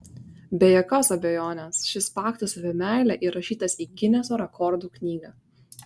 be jokios abejonės šis faktas apie meilę įrašytas į gineso rekordų knygą